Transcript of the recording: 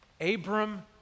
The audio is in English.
Abram